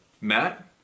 Matt